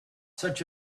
such